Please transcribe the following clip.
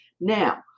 Now